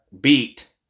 beat